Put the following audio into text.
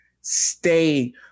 stay